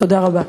תודה רבה.